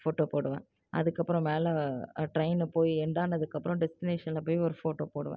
photo போடுவேன் அதுக்கப்புறம் மேலே ட்ரைனில் போய் எண்ட் ஆனதுக்கப்புறம் டெஸ்டினேஷனில் போய் ஒரு ஃபோட்டோ போடுவேன்